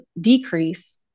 decrease